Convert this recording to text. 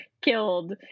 killed